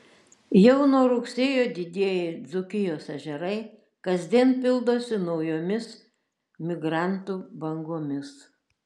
jau nuo rugsėjo didieji dzūkijos ežerai kasdien pildosi naujomis migrantų bangomis